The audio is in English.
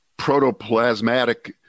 protoplasmatic